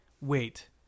wait